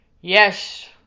Yes